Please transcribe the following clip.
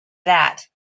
that